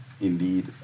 indeed